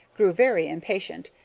grew very impatient,